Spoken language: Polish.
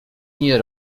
nie